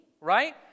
right